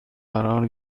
قرار